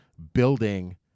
Building